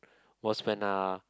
was when are